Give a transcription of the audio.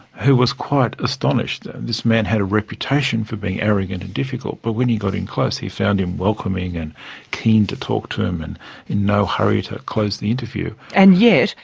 who was quite astonished. this man had a reputation for being arrogant and difficult, but when he got in close he found him welcoming and keen to talk to him and in no hurry to close the interview. and yet,